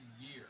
year